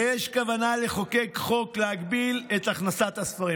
ויש כוונה לחוקק חוק להגביל את הכנסת הספרים,